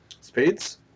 Spades